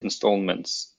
installments